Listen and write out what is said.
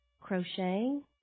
crocheting